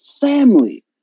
family